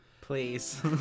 Please